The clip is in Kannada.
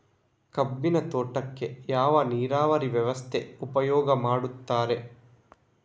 ಕಬ್ಬಿನ ತೋಟಕ್ಕೆ ಯಾವ ನೀರಾವರಿ ವ್ಯವಸ್ಥೆ ಉಪಯೋಗ ಮಾಡುತ್ತಾರೆ?